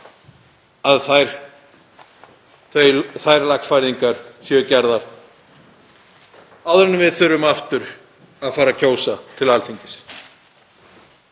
að þær lagfæringar séu gerðar áður en við þurfum aftur að fara að kjósa til Alþingis.